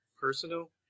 personal